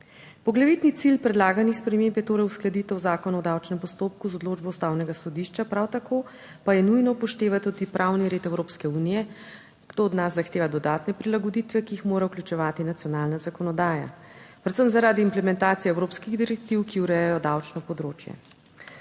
Poglavitni cilj predlaganih sprememb je torej uskladitev zakona o davčnem postopku z odločbo Ustavnega sodišča, prav tako pa je nujno upoštevati tudi pravni red Evropske unije. To od nas zahteva dodatne prilagoditve, ki jih mora vključevati nacionalna zakonodaja, predvsem zaradi implementacije evropskih direktiv, ki urejajo davčno področje.